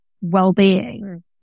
well-being